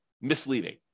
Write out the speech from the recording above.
misleading